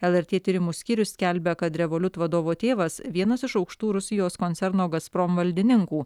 lrt tyrimų skyrius skelbia kad revoliut vadovo tėvas vienas iš aukštų rusijos koncerno gazprom valdininkų